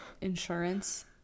insurance